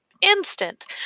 instant